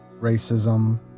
racism